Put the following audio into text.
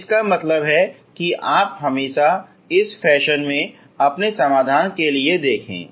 तो इसका मतलब है कि आप हमेशा इस फैशन में अपने समाधान के लिए देखो